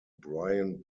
brian